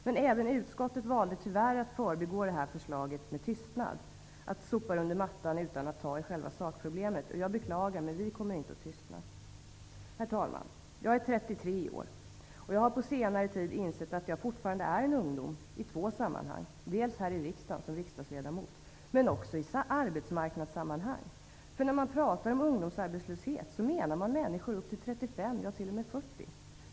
Men även utskottet valde tyvärr att förbigå förslaget med tystnad, dvs. att sopa förslaget under mattan utan att ta i själva sakproblemet. Jag beklagar, men vi kommer inte att tystna! Herr talman! Jag är 33 år. Jag har på senare tid insett att jag fortfarande är en ''ungdom'' i två sammanhang. Dels här i riksdagen som riksdagsledamot, dels i arbetsmarknadssammanhang. För när man pratar om ''ungdomsarbetslöshet'' menar man människor upp till 35, t.o.m. 40 års ålder.